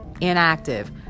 inactive